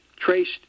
traced